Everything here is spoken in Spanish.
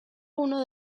uno